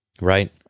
Right